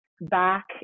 back